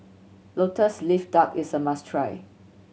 Lotus Leaf Duck is a must try